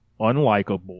unlikable